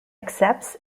accepts